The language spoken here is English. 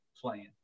playing